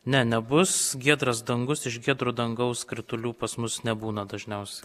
ne nebus giedras dangus iš giedro dangaus kritulių pas mus nebūna dažniausiai